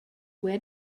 where